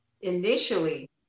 initially